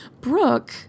Brooke